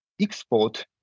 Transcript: export